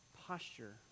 posture